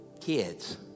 Kids